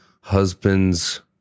husband's